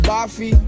Buffy